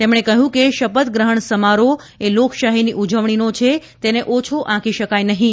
તેમણે કહ્યું કે શપથ ગ્રહણ સમારોહએ લોકશાહીની ઉજવણીનો છે તેને ઓછો આંકી શકાય નહીં